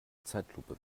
zeitlupe